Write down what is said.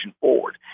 forward